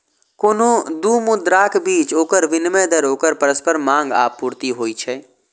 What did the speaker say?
कोनो दू मुद्राक बीच ओकर विनिमय दर ओकर परस्पर मांग आ आपूर्ति होइ छै